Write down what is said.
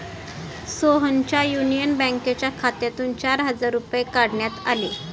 सोहनच्या युनियन बँकेच्या खात्यातून चार हजार रुपये काढण्यात आले